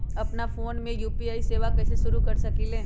अपना फ़ोन मे यू.पी.आई सेवा कईसे शुरू कर सकीले?